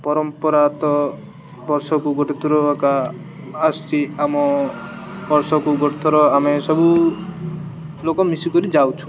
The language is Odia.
ପରମ୍ପରା ତ ବର୍ଷକୁ ଗୋଟେଥର ଏକା ଆସିଛି ଆମ ବର୍ଷକୁ ଗୋଟେ ଥର ଆମେ ସବୁ ଲୋକ ମିଶିକରି ଯାଉଛୁ